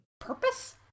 Purpose